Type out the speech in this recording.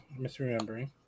misremembering